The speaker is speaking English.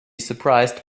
surprised